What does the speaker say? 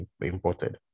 imported